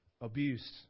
abuse